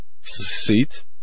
seat